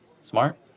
Smart